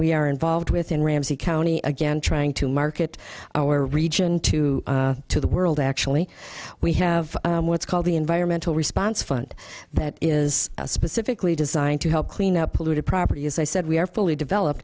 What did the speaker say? we are involved with in ramsey county again trying to market our region to to the world actually we have what's called the environmental response fund that is specifically designed to help clean up polluted property as i said we are fully developed